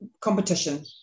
competition